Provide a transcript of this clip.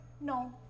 No